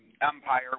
empire